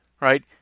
right